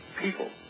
people